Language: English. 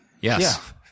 Yes